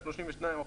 32%,